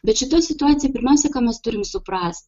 bet šita situacija pirmiausia ką mes turim suprast